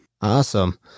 awesome